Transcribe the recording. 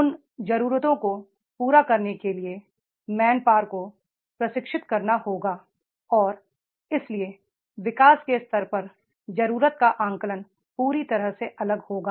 उन जरूरतों को पूरा करने के लिए मैंनपावर को प्रशिक्षित करना होगा और इसलिए विकास के स्तर पर जरूरत का आकलन पूरी तरह से अलग होगा